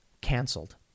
canceled